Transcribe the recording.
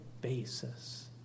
basis